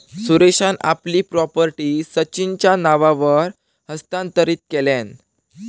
सुरेशान आपली प्रॉपर्टी सचिनच्या नावावर हस्तांतरीत केल्यान